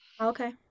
Okay